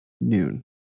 noon